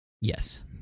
Yes